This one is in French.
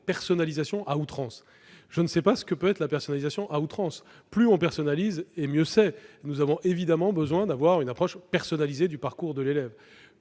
personnalisation à outrance ». Je ne sais pas ce que peut être la personnalisation à outrance, mais plus on personnalise, mieux c'est ! Il est évidemment nécessaire d'avoir une approche personnalisée du parcours de l'élève.